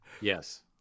Yes